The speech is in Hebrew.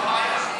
מה הבעיה?